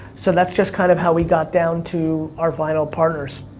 so that's just kind of how we got down to our final partners.